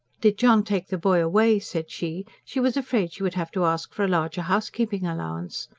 did john take the boy away, said she, she was afraid she would have to ask for a larger housekeeping allowance.